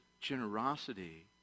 generosity